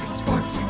sports